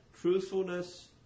truthfulness